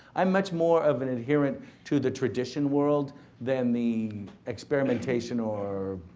i'm much more of an adherent to the tradition world than the experimentation or,